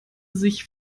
sich